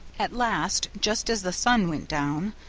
at last, just as the sun went down,